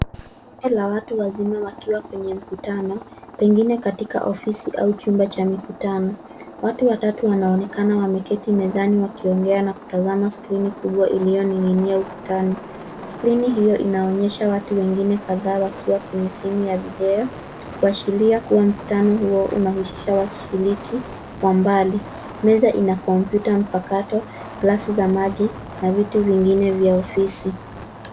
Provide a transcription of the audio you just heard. Bunge la watu wazima wakiwa kwenye mkutano, pengine katika ofisi au chumba cha mikutano. Watu watatu wanaonekana wameketi mezani wakiongea na kutazama skrini kubwa iliyoininia ukutani. Skrini hiyo inaonyesha watu wengine kadhaa wakiwa kwenye simu ya video, kuashiria kuwa mkutano huo unahusisha washiriki wa mbali. Meza ina kompyuta mpakato, glasi za maji na vitu vingine vya ofisi.